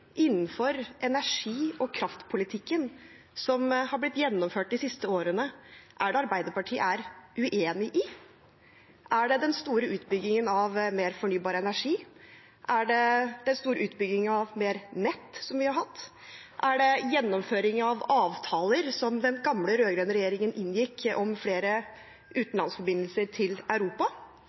innenfor energi- og kraftpolitikken som har blitt gjennomført de siste årene, er Arbeiderpartiet uenig i? Er det den store utbyggingen av fornybar energi? Er det den store utbyggingen av nett vi har hatt? Er det gjennomføringen av avtaler som den gamle rød-grønne regjeringen inngikk om flere utenlandsforbindelser til Europa?